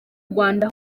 rwanda